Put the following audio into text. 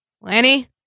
Lanny